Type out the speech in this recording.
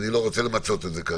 אני לא רוצה למצות את זה כרגע.